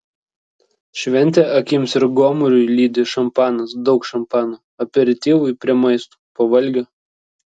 šventę akims ir gomuriui lydi šampanas daug šampano aperityvui prie maisto po valgio